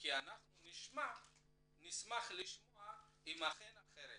כי נשמח לשמוע אחרת,